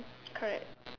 correct